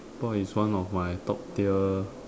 pork is one of my top tier